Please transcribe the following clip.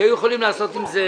שיכולים לעשות עם זה